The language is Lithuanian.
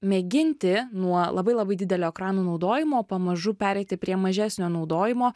mėginti nuo labai labai didelio ekranų naudojimo pamažu pereiti prie mažesnio naudojimo